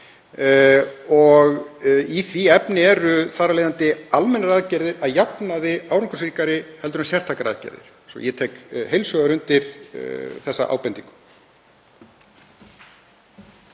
Og í því efni eru þar af leiðandi almennar aðgerðir að jafnaði árangursríkari en sértækar aðgerðir, svo ég tek heils hugar undir þessa ábendingu.